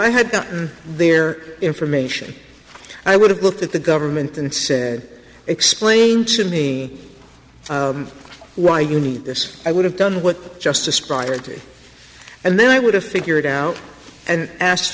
i had gotten their information i would have looked at the government and said explain to me why you need this i would have done what just described and then i would have figured out and asked